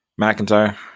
McIntyre